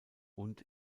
und